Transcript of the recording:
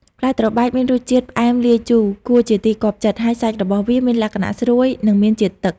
ផ្លែត្របែកមានរសជាតិ ផ្អែមលាយជូរ គួរជាទីគាប់ចិត្ត ហើយសាច់របស់វាមានលក្ខណៈ ស្រួយ និង មានជាតិទឹក។